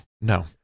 No